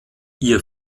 ihr